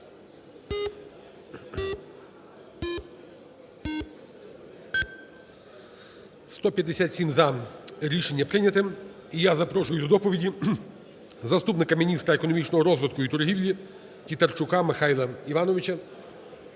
157 – за. Рішення прийняте. І я запрошую до доповіді заступника міністра економічного розвитку і торгівлі Тітарчука Михайла Івановича.